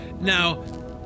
now